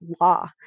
law